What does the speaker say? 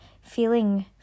feeling